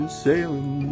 sailing